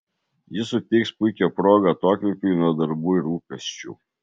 ji suteiks puikią progą atokvėpiui nuo darbų ir rūpesčių